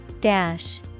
dash